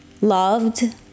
loved